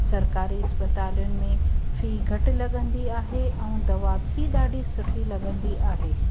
सरकारी अस्पतालुनि में फ़ी घटि लॻंदी आहे ऐं दवा बि ॾाढी सुठी लॻंदी आहे